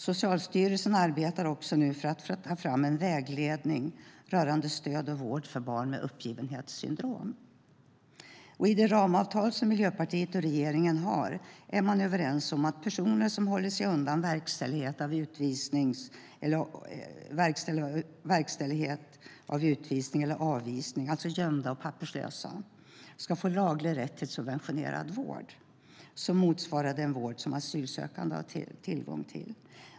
Socialstyrelsen arbetar också nu med att ta fram en vägledning rörande stöd och vård för barn med uppgivenhetssyndrom. I det ramavtal som Miljöpartiet och regeringen har är man överens om att personer som håller sig undan verkställighet av utvisning eller avvisning, alltså gömda och papperslösa, ska få laglig rätt till subventionerad vård som motsvarar den vård som asylsökande har tillgång till.